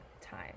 time